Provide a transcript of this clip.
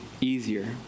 easier